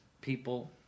people